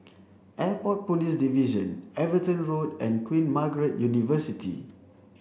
Airport Police Division Everton Road and Queen Margaret University